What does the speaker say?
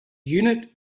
unit